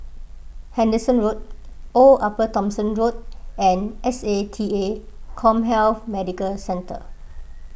Henderson Road Old Upper Thomson Road and S A T A CommHealth Medical Centre